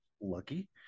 Lucky